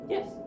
Yes